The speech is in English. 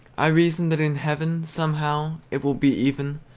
i reason that in heaven somehow, it will be even,